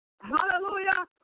hallelujah